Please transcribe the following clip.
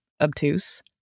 obtuse